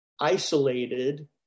isolated